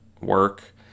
work